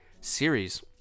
series